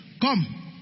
Come